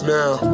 now